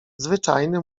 zwyczajny